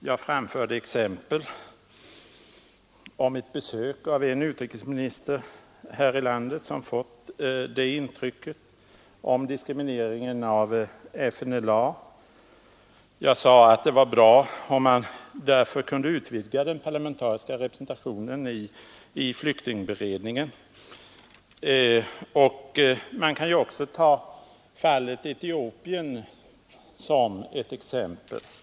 Jag anförde som exempel ett besök här i landet av en utrikes minister som fått beskedet att hans land kunde få större bistånd, om det — Nr 72 förde en mer socialistisk politik, jag nämnde vidare diskrimineringen av Onsdagen den FNLA. Jag sade att det därför vore bra om man kunde utvidga den 25 april 1973 parlamentariska representationen i flyktingberedningen. Man kan också som exempel ta Etiopien.